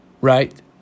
right